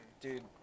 Dude